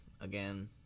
again